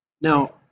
Now